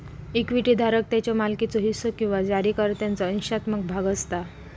equity धारक त्याच्यो मालकीचो हिस्सो किंवा जारीकर्त्याचो अंशात्मक भाग असता